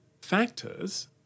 factors